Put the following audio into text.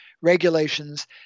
regulations